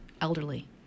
elderly